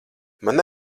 man